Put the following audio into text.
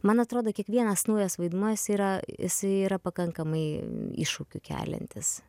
man atrodo kiekvienas naujas vaidmuo jis yra jisai yra pakankamai iššūkių keliantis